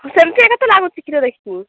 ସେମିତି ଏକା ତ ଲାଗୁଛି କ୍ଷୀର ଦେଖିକି